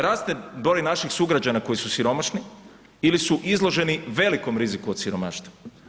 Raste broj naših sugrađana koji su siromašni ili su izloženi velikom riziku od siromaštva.